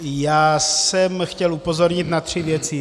Já jsem chtěl upozornit na tři věci.